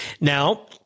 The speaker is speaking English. Now